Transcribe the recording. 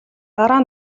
дараа